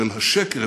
של השקר,